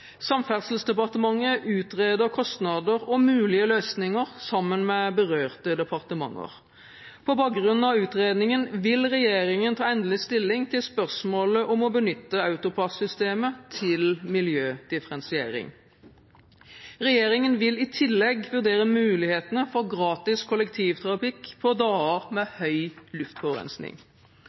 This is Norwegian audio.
Samferdselsdepartementet utreder kostnader og mulige løsninger sammen med berørte departementer. På bakgrunn av utredningen vil regjeringen ta endelig stilling til spørsmålet om å benytte AutoPASS-systemet til miljødifferensiering. Regjeringen vil i tillegg vurdere mulighetene for gratis kollektivtrafikk på dager med høy luftforurensning.